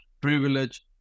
Privilege